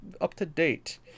up-to-date